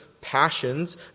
passions